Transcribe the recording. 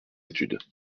études